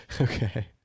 Okay